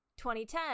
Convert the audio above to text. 2010